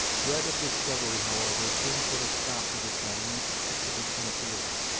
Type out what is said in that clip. dread of discovery, however, soon put a stop to this naive exhibition of feeling,